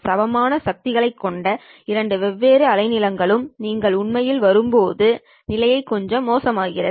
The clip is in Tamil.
சமமான சக்திகளை கொண்ட இரண்டு வெவ்வேறு அலைநீளங்களும் நீங்கள் உண்மையில் வரும்போது நிலைமை கொஞ்சம் மோசமாகிறது